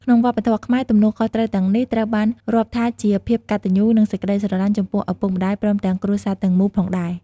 ក្នុងវប្បធម៌ខ្មែរ ទំនួលខុសត្រូវទាំងនេះ ត្រូវបានរាប់ថាជាភាពកត្តញ្ញូ និងសេចក្ដីស្រឡាញ់ចំពោះឪពុកម្ដាយ ព្រមទាំងគ្រួសារទាំងមូលផងដែរ។